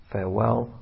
Farewell